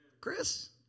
Chris